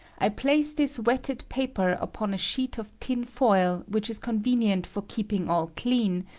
i place this wetted paper upon a sheet of tin-foil, which is conven ient for keeping all clean,